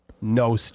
No